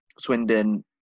Swindon